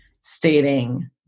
stating